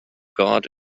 god